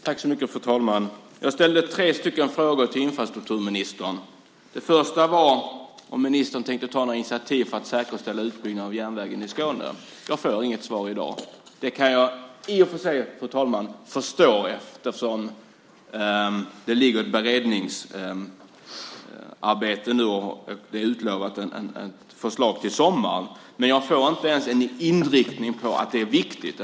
Fru talman! Jag ställde tre frågor till infrastrukturministern. Den första gällde om ministern tänkte ta några initiativ för att säkerställa utbyggnaden av järnvägen i Skåne. Jag får inget svar i dag. Det kan jag i och för sig, fru talman, förstå eftersom det pågår ett beredningsarbete nu och är utlovat ett förslag till sommaren, men jag får inte ens en antydan om att det är viktigt.